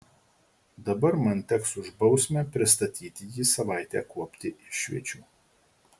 dabar man teks už bausmę pristatyti jį savaitę kuopti išviečių